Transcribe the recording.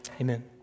Amen